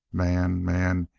man, man,